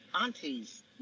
aunties